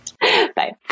bye